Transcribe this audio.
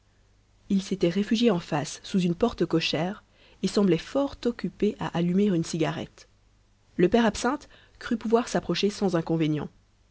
il s'était réfugié en face sous une porte cochère et semblait fort occupé à allumer une cigarette le père absinthe crut pouvoir s'approcher sans inconvénient